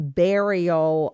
burial